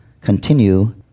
continue